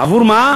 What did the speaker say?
עבור מה?